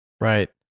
Right